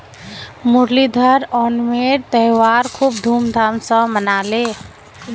मुरलीधर ओणमेर त्योहार खूब धूमधाम स मनाले